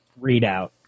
readout